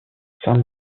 saint